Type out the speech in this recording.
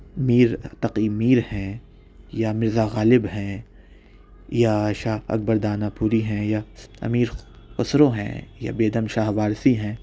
میر تقی میر ہیں یا مرزا غالب ہیں یا شاہ اکبر داناپوری ہیں یا امیر خسرو ہیں یا بیدم شاہ وارثی ہیں